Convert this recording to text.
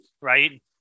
right